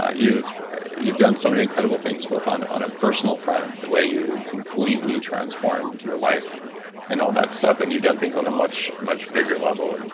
ah you've you've done so many incredible things, both on on a personal front, the way you completely transformed your life and all that stuff. and you've done things on a much, much bigger level. and